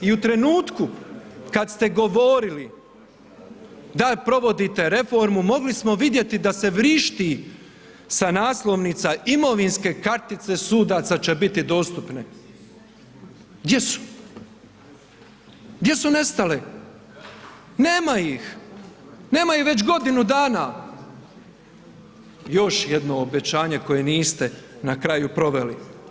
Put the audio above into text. I u trenutku kad ste govorili da provodite reformu, mogli smo vidjeti da se vrišti sa naslovnica imovinske kartice sudaca će biti dostupne, gdje su, gdje su nestale, nema ih, nema ih već godinu dana, još jedno obećanje koje niste na kraju proveli.